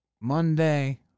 Monday